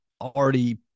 already